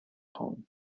kong